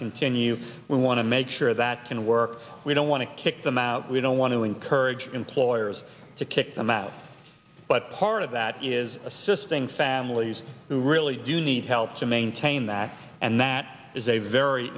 continue we want to make sure that can work we don't want to kick them out we don't want to encourage employers to kick them out but part of that is assisting families who really do need help to maintain that and that is a very